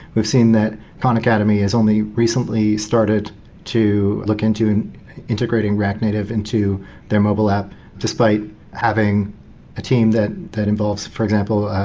we've seen khan academy has only recently started to look into integration react native into their mobile app despite having a team that that involves for examples,